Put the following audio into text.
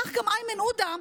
כך גם איימן עודה,